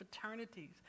fraternities